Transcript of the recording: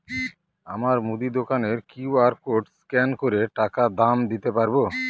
আমার মুদি দোকানের কিউ.আর কোড স্ক্যান করে টাকা দাম দিতে পারব?